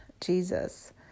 jesus